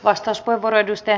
arvoisa puhemies